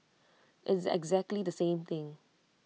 it's exactly the same thing